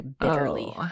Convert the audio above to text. bitterly